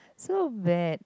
so bad